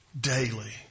daily